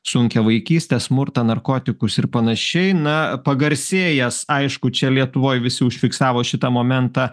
sunkią vaikystę smurtą narkotikus ir panašiai na pagarsėjęs aišku čia lietuvoj visi užfiksavo šitą momentą